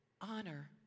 honor